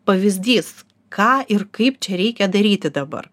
pavyzdys ką ir kaip čia reikia daryti dabar